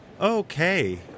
Okay